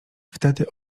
wtedy